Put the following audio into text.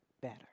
better